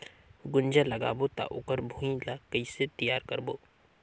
गुनजा लगाबो ता ओकर भुईं ला कइसे तियार करबो?